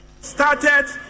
started